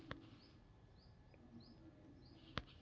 ಮಣ್ಣಿನೊಳಗೆ ಯಾವ ಯಾವ ಗೊಬ್ಬರ ಅದಾವ ಅಂತೇಳಿ ಹೆಂಗ್ ಗೊತ್ತಾಗುತ್ತೆ?